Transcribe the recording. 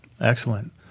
Excellent